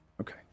Okay